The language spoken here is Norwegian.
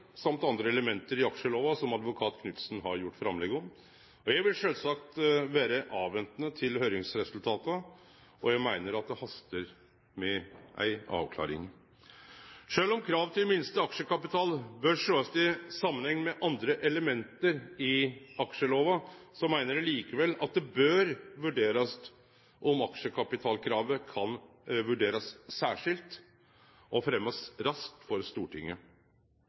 andre element i aksjelova, som advokat Knudsen har gjort framlegg om. Eg vil sjølvsagt vere avventande til høyringsresultata, og eg meiner at det hastar med å få ei avklaring. Sjølv om krav til minste aksjekapital bør sjåast i samanheng med andre element i aksjelova, meiner eg likevel at det bør vurderast om aksjekapitalkravet kan vurderast særskilt og fremjast raskt for Stortinget